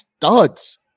Duds